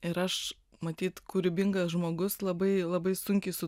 ir aš matyt kūrybingas žmogus labai labai sunkiai su